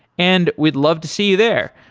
and we'd love to see you there.